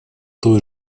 той